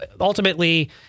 ultimately